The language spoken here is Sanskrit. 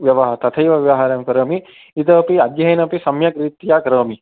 व्यवहा तथैव व्यवहारं करोमि इतोपि अध्ययनमपि सम्यक् रीत्या करोमि